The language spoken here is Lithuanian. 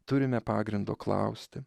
turime pagrindo klausti